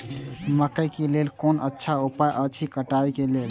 मकैय के लेल कोन अच्छा उपाय अछि कटाई के लेल?